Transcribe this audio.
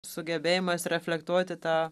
sugebėjimas reflektuoti tą